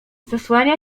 zasłania